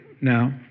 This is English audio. now